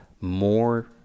More